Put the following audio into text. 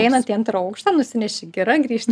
einant į antrą aukštą nusineši girą grįžti